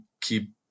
keep